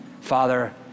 Father